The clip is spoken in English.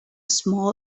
small